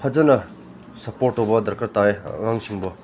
ꯐꯖꯅ ꯁꯞꯄ꯭ꯣꯔꯠ ꯇꯧꯕ ꯗꯔꯀꯥꯔ ꯇꯥꯏ ꯑꯉꯥꯡꯁꯤꯡꯕꯨ